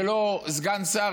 ולא סגן שר,